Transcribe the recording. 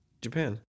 Japan